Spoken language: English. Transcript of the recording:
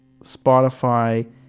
Spotify